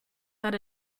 that